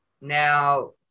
Now